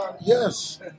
Yes